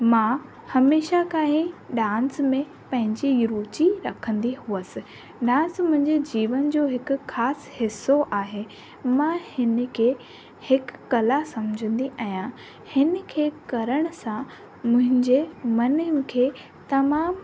मां हमेशह का ई डांस में पंहिंजी रुचि रखंदी हुअसि डांस मुंहिंजी जीवन जो हिकु ख़ासि हिसो आहे मां हिन खे हिकु कला सम्झंदी आहियां हिन खे करण सां मुहिंजे मन खे तमामु